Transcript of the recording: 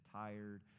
tired